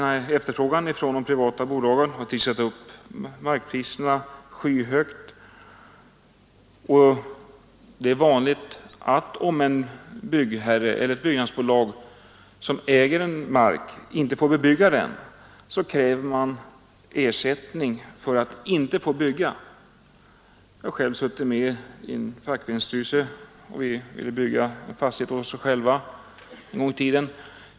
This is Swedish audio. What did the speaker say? Efterfrågan från de privata bolagen har trissat upp markpriserna skyhögt, och det är vanligt att ett byggnadsbolag som äger mark kräver ersättning för att låta bli att bygga. Jag har själv suttit med i en fackföreningsstyrelse. Vi ville bygga en fastighet åt oss själva en gång i tiden.